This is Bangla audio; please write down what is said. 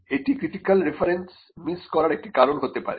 এটি ক্রিটিকাল রেফারেন্স মিস করার একটি কারণ হতে পারে